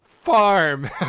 Farm